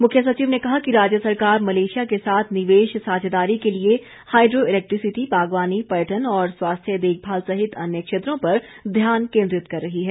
मुख्य सचिव ने कहा कि राज्य सरकार मलेशिया के साथ निवेश साझेदारी के लिए हाईड्रो इलैक्ट्रीसिटी बागवान पर्यटन और स्वास्थ्य देखभाल सहित अन्य क्षेत्रों पर ध्यान केंद्रित कर रही है